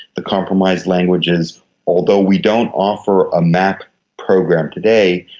the compromise language is although we don't offer a map program today,